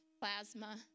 plasma